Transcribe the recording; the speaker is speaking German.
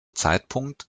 zeitpunkt